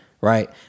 Right